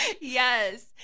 Yes